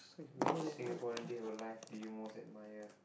which Singaporean dead or alive did you most admire